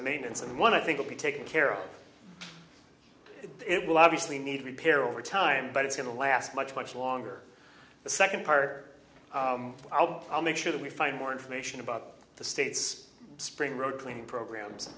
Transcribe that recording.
the maintenance and one i think will be taken care of it will obviously need repair over time but it's going to last much much longer the second part i'll make sure that we find more information about the states spring road cleaning programs